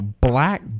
black